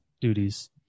duties